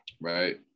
right